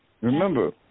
Remember